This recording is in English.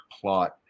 plot